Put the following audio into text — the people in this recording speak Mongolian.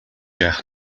яах